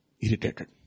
irritated